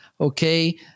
Okay